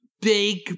big